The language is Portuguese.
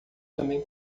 também